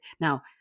Now